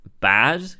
bad